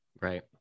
Right